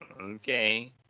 Okay